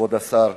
כבוד השר,